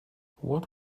what